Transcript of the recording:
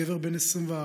גבר בן 24,